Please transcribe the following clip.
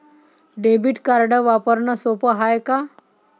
Debit card वापरणं सोप हाय का?